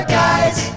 guys